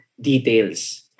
Details